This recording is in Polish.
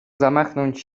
zamachnąć